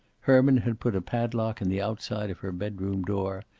herman had put a padlock on the outside of her bedroom door,